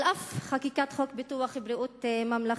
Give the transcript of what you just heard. על אף חקיקת חוק ביטוח בריאות ממלכתי,